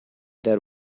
there